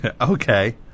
Okay